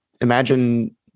imagine